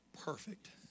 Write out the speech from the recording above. perfect